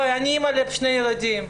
אני אמא לשני ילדים,